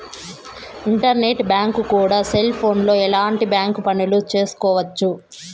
internet bank గుండా cell ఫోన్లోనే ఎలాంటి బ్యాంక్ పనులు చేసుకోవచ్చు